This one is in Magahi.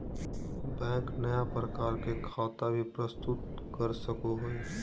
बैंक नया प्रकार के खता भी प्रस्तुत कर सको हइ